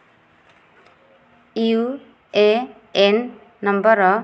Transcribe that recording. you A N number